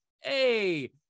Hey